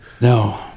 No